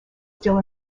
still